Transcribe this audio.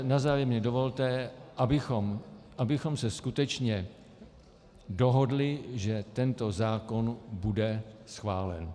Na závěr mi dovolte, abychom se skutečně dohodli, že tento zákon bude schválen.